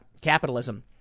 capitalism